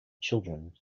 children